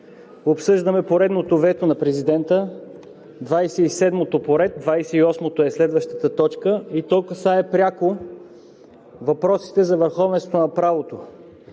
Обсъждаме поредното вето на президента, 27-ото по ред, 28-ото е следващата точка и то касае пряко въпросите за върховенството на правото.